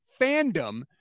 fandom